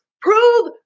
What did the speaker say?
Prove